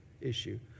issue